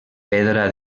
pedra